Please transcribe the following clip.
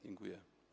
Dziękuję.